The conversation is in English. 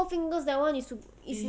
Four Fingers that [one] is you is you